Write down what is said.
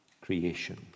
creation